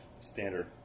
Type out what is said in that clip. standard